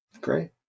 Great